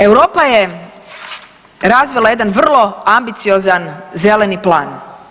Europa je razvila jedan vrlo ambiciozan zeleni plan.